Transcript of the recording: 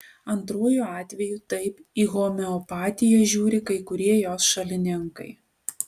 antruoju atveju taip į homeopatiją žiūri kai kurie jos šalininkai